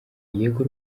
yego